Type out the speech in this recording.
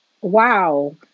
Wow